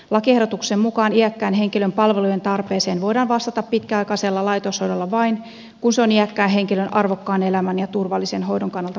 lakiehdotuksen mukaan iäkkään henkilön palvelujen tarpeeseen voidaan vastata pitkäaikaisella laitoshoidolla vain kun se on iäkkään henkilön arvokkaan elämän ja turvallisen hoidon kannalta perusteltua